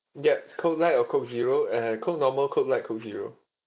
yup it's coke light or coke zero and coke normal coke light coke zero